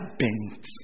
bent